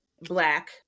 Black